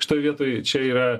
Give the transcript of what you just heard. šitoj vietoj čia yra